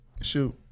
Shoot